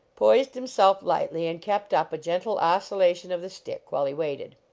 poised himself lightly, and kept up a gentle oscillation of the stick while he waited.